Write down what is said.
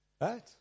right